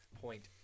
point